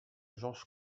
george